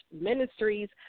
Ministries